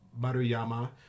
Maruyama